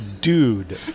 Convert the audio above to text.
dude